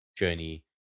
journey